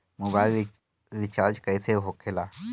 Mobile recharge कैसे होखे ला?